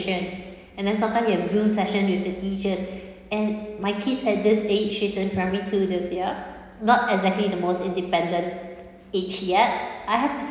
and then sometime you have zoom session with the teachers and my kids had this age she's in primary two this year not exactly the most independent age yet I have to